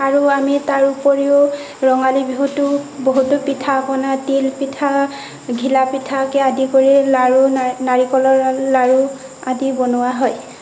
আৰু আমি তাৰ উপৰিও ৰঙালী বিহুটোত বহুতো পিঠা পনা তিল পিঠা ঘিলা পিঠাকে আদি কৰি লাৰু না নাৰিকলৰ লাৰু আদি বনোৱা হয়